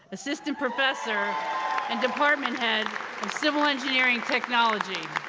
assistant professor and department head of civil engineering technology.